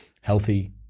healthy